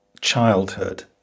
childhood